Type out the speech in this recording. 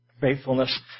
faithfulness